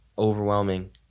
overwhelming